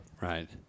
Right